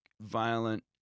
violent